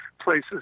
places